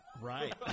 Right